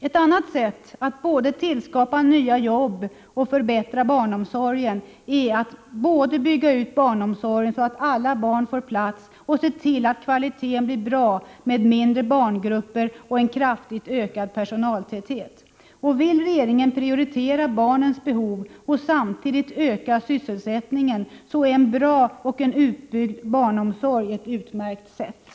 Ett annat sätt att dels tillskapa nya jobb, dels förbättra barnomsorgen är att både bygga ut barnomsorgen så att alla barn får en plats och se till att kvaliteten blir god genom att åstadkomma mindre barngrupper och en kraftigt ökad personaltäthet. Vill regeringen prioritera barnens behov och samtidigt öka sysselsättningen, så är ett utmärkt sätt att åstadkomma detta just att ha en bra och utbyggd barnomsorg.